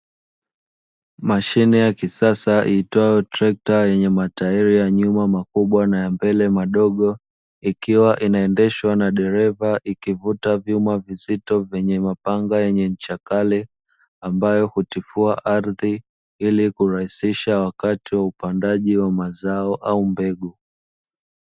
Mashine ya kisasa iitwayo trekta yenye matairi ya nyuma makubwa na ya mbele madogo, ikiwa inaendeshwa na dereva ikivuta vyuma vizito vyenye mapanga yenye ncha kali, ambayo hutifua ardhi ili kurahisisha wakati wa upandaji wa mazao au mbegu.